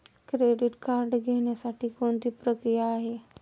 Credit card घेण्यासाठी कोणती प्रक्रिया आहे?